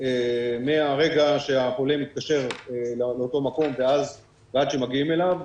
מהרגע שהחולה מתקשר לאותו מקום ועד שמגיעים אליו.